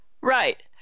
Right